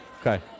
Okay